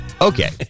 okay